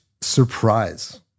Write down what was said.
surprise